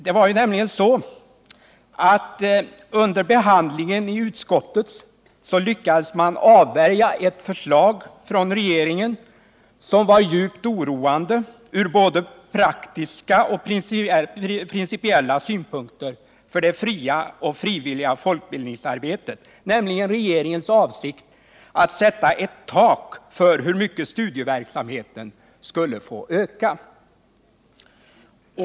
Man lyckades nämligen under behandlingen i utskottet avvärja ett förslag från regeringen som var djupt oroande ur både praktiska och principiella synpunkter för det fria och frivilliga folkbildningsarbetet. Förslaget innebar att regeringen avsåg att sätta ett tak för hur mycket studieverksamheten skulle få öka.